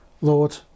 Lord